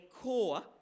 core